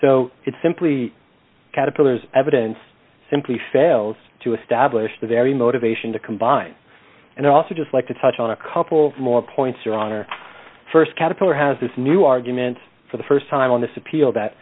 so it simply caterpillars evidence simply fails to establish the very motivation to combine and also just like to touch on a couple more points are wrong or st caterpillar has this new arguments for the st time on this appeal that